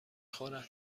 خورد